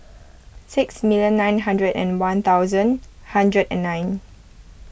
six million nine hundred and one thousand hundred and nine